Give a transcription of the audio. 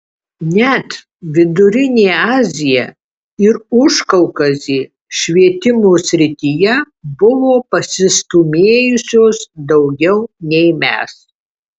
net vidurinė azija ir užkaukazė švietimo srityje buvo pasistūmėjusios daugiau nei mes